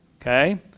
Okay